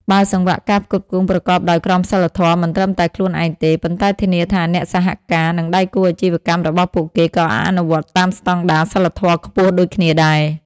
បើសង្វាក់ការផ្គត់ផ្គង់ប្រកបដោយក្រមសីលធម៌ មិនត្រឹមតែខ្លួនឯងទេ ប៉ុន្តែធានាថាអ្នកសហការ និងដៃគូអាជីវកម្មរបស់ពួកគេក៏អនុវត្តតាមស្តង់ដារសីលធម៌ខ្ពស់ដូចគ្នាដែរ ។